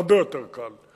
הרבה יותר קל.